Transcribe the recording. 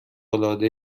العاده